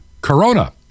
Corona